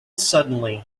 suddenly